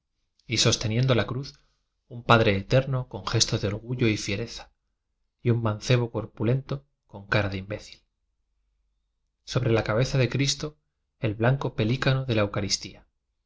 y soste niendo la cruz un padre eterno con gesto de orgullo y fiereza y un mancebo corpu lento con cara de imbécil sobre la cabeza de cristo el blanco pe lícano de la eucaristía